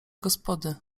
gospody